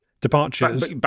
departures